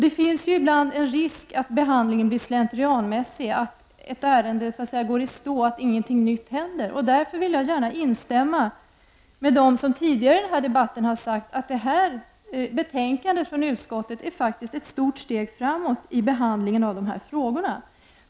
Det finns en risk att behandlingen ibland blir slentrianmässig, att ett ärende så att säga går i stå, att ingenting nytt händer. Därför vill jag gärna instämma med dem som tidigare i debatten har sagt att det här betänkandet från utskottet faktiskt är ett stort steg framåt i behandlingen av dessa frågor.